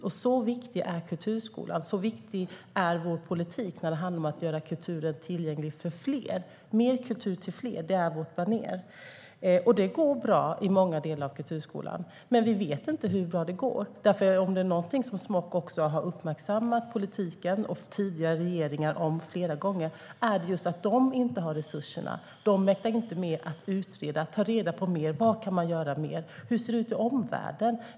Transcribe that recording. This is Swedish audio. Men så viktig är kulturskolan, och så viktig är vår politik när det handlar om att göra kulturen tillgänglig för fler. Mer kultur till fler är vårt banér. Det går bra i många delar av kulturskolan, men vi vet inte hur bra det går. Om det är någonting som Smok har uppmärksammat politiken och tidigare regeringar på flera gånger är det just att Smok inte har resurserna. Man mäktar inte med att utreda och ta reda på mer. Vad kan vi göra mer? Hur ser det ut i omvärlden?